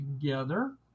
together